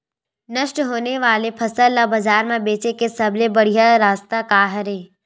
नष्ट होने वाला फसल ला बाजार मा बेचे के सबले बढ़िया रास्ता का हरे?